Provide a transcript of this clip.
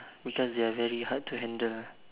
because they are very hard to handle